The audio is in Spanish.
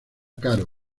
caro